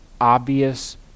obvious